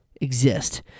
exist